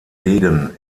degen